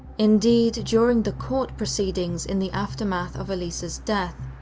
indeed, during the court proceedings in the aftermath of elisa's death,